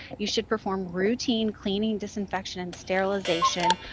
you should perform routine cleaning, disinfection, and sterilization,